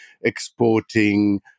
exporting